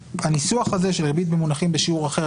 שהניסוח הזה של "ריבית במונחים בשיעור אחר,